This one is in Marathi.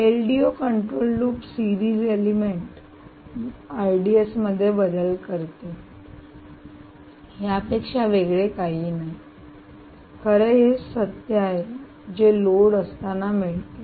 LDO control loop series element मध्ये बदल करते यापेक्षा वेगळे काही नाही खर हेच सत्य आहे जे लोड असताना मिळते